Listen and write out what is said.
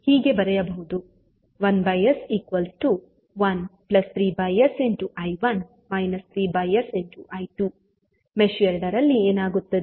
1s13sI1 3s I2 mesh 2 ರಲ್ಲಿ ಏನಾಗುತ್ತದೆ